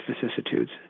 vicissitudes